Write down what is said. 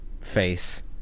face